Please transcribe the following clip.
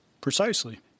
Precisely